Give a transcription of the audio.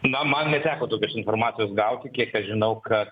na man neteko tokios informacijos gauti kiek aš žinau kad